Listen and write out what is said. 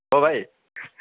ओ भाइ